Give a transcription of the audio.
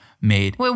made